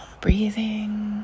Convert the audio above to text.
Breathing